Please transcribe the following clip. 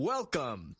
Welcome